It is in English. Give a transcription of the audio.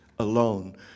alone